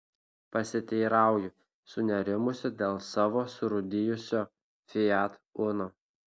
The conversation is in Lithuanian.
pasiteirauju sunerimusi dėl savo surūdijusio fiat uno